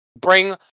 Bring